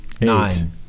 Nine